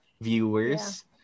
viewers